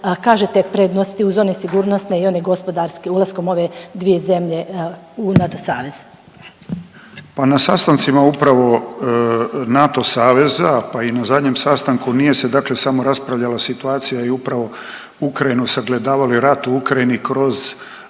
kažete prednosti uz one sigurnosne i one gospodarske ulaskom ove dvije zemlje u NATO savez. **Cappelli, Gari (HDZ)** Pa na sastancima upravo NATO saveza, pa i na zadnjem sastanku nije se dakle samo raspravljala situacija i upravo Ukrajinu sagledavalo i rat u Ukrajini kroz